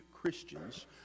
Christians